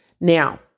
Now